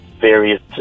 various